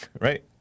right